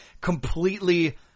completely